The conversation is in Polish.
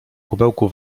kubełku